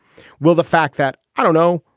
will the fact that i don't know,